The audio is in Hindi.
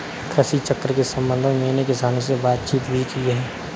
कृषि चक्र के संबंध में मैंने किसानों से बातचीत भी की है